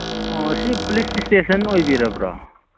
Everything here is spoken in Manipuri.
ꯑꯣ ꯁꯤ ꯄꯨꯂꯤꯁ ꯏꯁꯇꯦꯁꯟ ꯑꯣꯏꯕꯤꯔꯕ꯭ꯔꯣ